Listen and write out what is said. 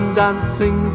dancing